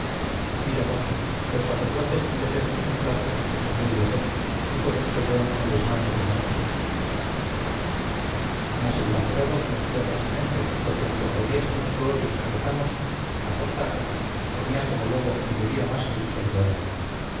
mira mozo los sacerdotes han de ser muy templados en su comer y beber y por esto yo no me desmando como otros mas el lacerado mentía falsamente porque en cofradías y mortuorios que rezamos a costa ajena comía como lobo y bebía más que un saludador